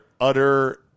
utter